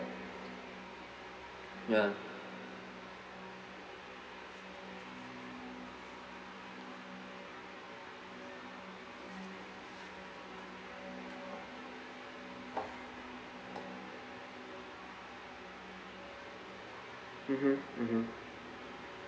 ya mmhmm mmhmm